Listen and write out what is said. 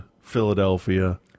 philadelphia